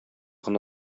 гына